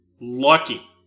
lucky